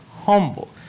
humble